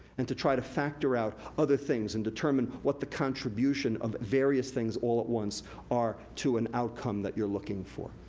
and to try to factor out other things and determine what the contribution of various things all at once are to an outcome that you're looking for.